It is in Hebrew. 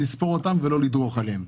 לספור אותם ולא לדרוך עליהם.